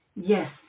Yes